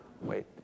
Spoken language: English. wait